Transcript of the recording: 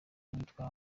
witwa